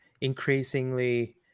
increasingly